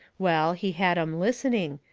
well, he had em listening,